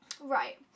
right